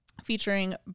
featuring